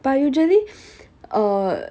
but usually err